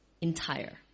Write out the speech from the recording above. entire